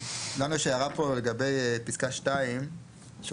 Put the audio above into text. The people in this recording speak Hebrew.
גם יש ההערה פה לגבי פסקה 2 שעוסקת